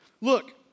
Look